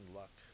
luck